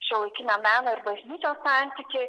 šiuolaikinio meno ir bažnyčios santykį